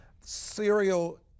Serial